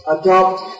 adopt